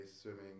swimming